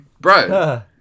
bro